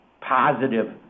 positive